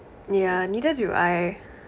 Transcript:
yeah neither do I